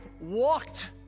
walked